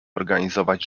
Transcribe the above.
organizować